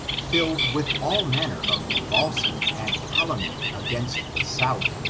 filled with all manner of falsehood and calumny against the south,